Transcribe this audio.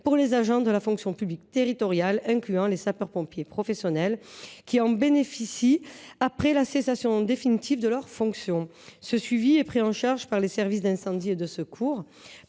pour les agents de la fonction publique territoriale, incluant les sapeurs pompiers professionnels, qui en bénéficient après la cessation définitive de leurs fonctions. Ce suivi est pris en charge par les services départementaux d’incendie et de secours